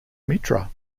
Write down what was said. mitra